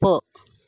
போ